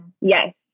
yes